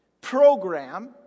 program